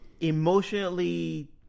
emotionally